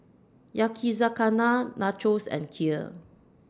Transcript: Yakizakana Nachos and Kheer